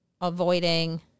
avoiding